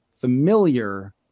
familiar